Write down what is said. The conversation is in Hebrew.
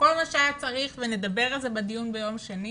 כל מה שהיה צריך ונדבר על זה בדיון ביום שני